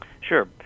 Sure